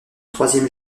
troisième